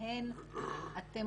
שמהן אתם